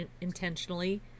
intentionally